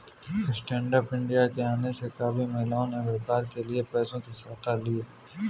stand up India के आने से काफी महिलाओं ने व्यापार के लिए पैसों की सहायता ली है